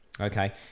Okay